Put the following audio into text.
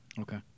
Okay